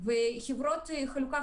זה חשוב לסיכום.